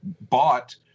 bought